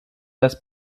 das